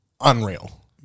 Unreal